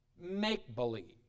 make-believe